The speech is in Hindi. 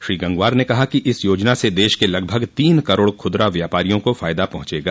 श्री गंगवार ने कहा कि इस योजना से देश के लगभग तीन करोड़ खुदरा व्यापारियों को फायदा पहुंचेगा